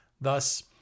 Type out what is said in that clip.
Thus